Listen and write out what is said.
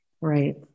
Right